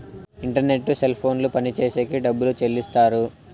internet cell ఫోన్లు పనిచేసేకి డబ్బులు చెల్లిస్తారు